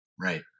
Right